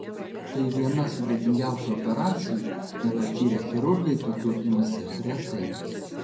tai viena sudėtingiausių operacijų nepatyrę chirurgai tokių imasi retai